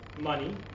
money